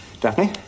Daphne